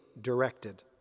directed